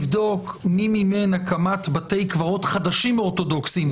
בתשלום הזה מממן את הקבר שלו פלוס הוצאות נוספות כלליות: תשתיות וכד'.